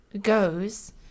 goes